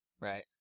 Right